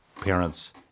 parents